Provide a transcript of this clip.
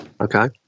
okay